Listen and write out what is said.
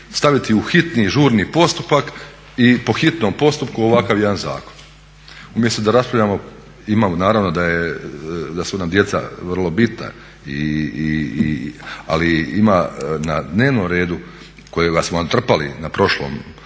staviti u hitni, žurni postupak i po hitnom postupku ovakav jedan zakon umjesto da raspravljamo, imamo naravno da su nam djeca vrlo bitna ali ima na dnevnom redu kojega smo vam trpali na prošlo, u